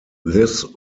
this